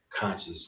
conscious